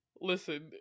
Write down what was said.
Listen